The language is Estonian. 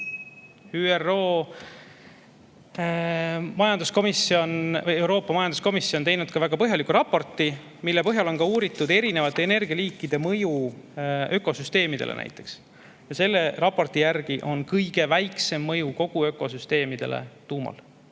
ÜRO Euroopa Majanduskomisjon teinud väga põhjaliku raporti, mille põhjal on uuritud erinevate energialiikide mõju ökosüsteemidele. Selle raporti järgi on kõige väiksem mõju kogu ökosüsteemile tuumal.